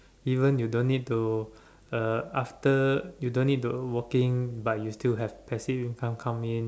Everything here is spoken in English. even you don't need to uh after you don't need to working but you still have passive income come in